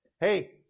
hey